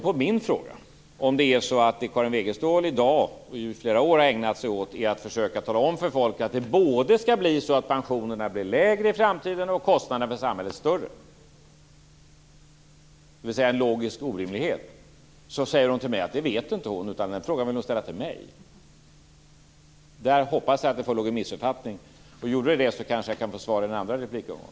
På min fråga om det som Karin Wegestål i dag och sedan flera år tillbaka har ägnat sig åt är att försöka tala om för folk att det skall bli både så att pensionerna blir lägre i framtiden och kostnaderna för samhället blir större - dvs. en logisk orimlighet - så säger hon till mig att hon inte vet det utan att hon vill ställa den frågan till mig. Jag hoppas att det förelåg en missuppfattning. Om det är så, kanske jag kan få ett svar i den andra replikomgången.